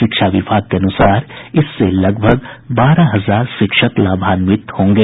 शिक्षा विभाग के अनुसार इससे लगभग बारह हजार शिक्षक लाभांवित होंगे